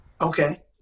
Okay